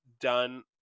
done